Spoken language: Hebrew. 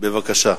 בבקשה.